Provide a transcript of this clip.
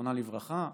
זיכרונה לברכה,